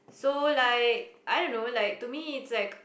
so like I don't know like to me it's like